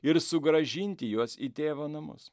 ir sugrąžinti juos į tėvo namus